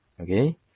okay